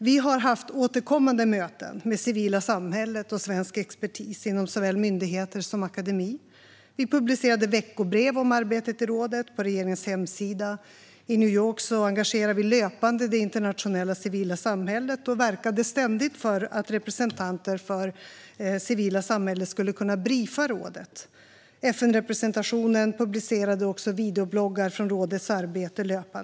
Vi har haft återkommande möten med det civila samhället och svensk expertis inom såväl myndigheter som akademi, och vi publicerade veckobrev om arbetet i rådet på regeringens hemsida. I New York engagerade vi löpande det internationella civila samhället och verkade ständigt för att representanter för det civila samhället skulle kunna briefa rådet. FN-representationen publicerade också löpande videobloggar från rådets arbete.